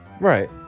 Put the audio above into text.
Right